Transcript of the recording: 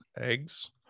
eggs